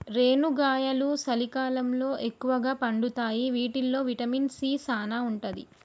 రేనుగాయలు సలికాలంలో ఎక్కుగా పండుతాయి వీటిల్లో విటమిన్ సీ సానా ఉంటది